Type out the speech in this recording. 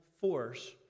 force